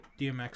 DMX